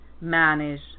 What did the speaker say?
manage